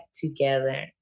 together